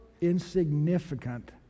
insignificant